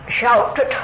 shouted